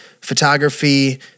photography